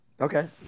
Okay